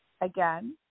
again